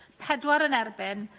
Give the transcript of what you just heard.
pedwar yn erbyn.